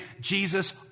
Jesus